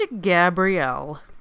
Gabrielle